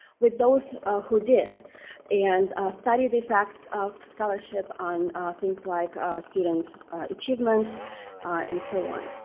with those who did and study the effects of scholarship on things like student achievement and so on.